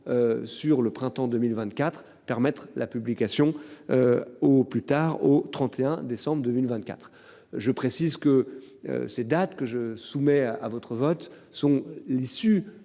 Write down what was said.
Sur le printemps 2024, permettre la publication. Au plus tard au 31 décembre 2 villes, 24. Je précise que ces dates que je soumets à votre vote sont l'issue